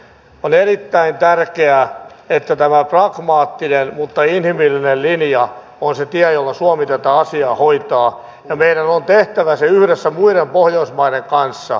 on erittäin tärkeää että tämä pragmaattinen mutta inhimillinen linja on se tie jolla suomi tätä asiaa hoitaa ja meidän on tehtävä se yhdessä muiden pohjoismaiden kanssa